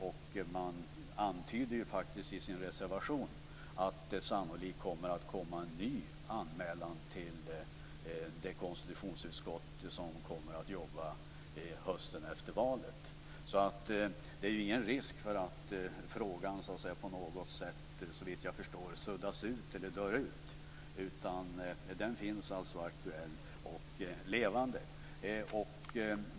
Och man antyder faktiskt i reservationen att det sannolikt kommer att komma en ny anmälan till det konstitutionsutskott som kommer att jobba hösten efter valet. Det är alltså, såvitt jag förstår, ingen risk för att frågan på något sätt suddas ut eller dör ut, utan den finns aktuell och levande.